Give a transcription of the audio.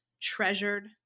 treasured